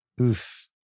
Oof